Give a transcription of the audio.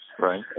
right